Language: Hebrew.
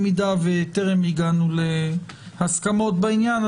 במידה וטרם הגענו להסכמות בעניין,